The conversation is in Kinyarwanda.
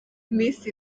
miss